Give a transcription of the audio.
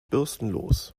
bürstenlos